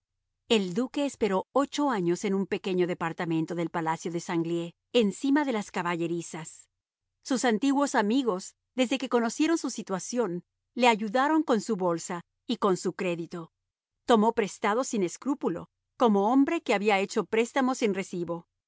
el duque esperó ocho años en un pequeño departamento del palacio de sanglié encima de las caballerizas sus antiguos amigos desde que conocieron su situación le ayudaron con su bolsa y con su crédito tomó prestado sin escrúpulo como hombre que había hecho préstamos sin recibo